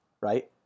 right